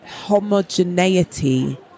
homogeneity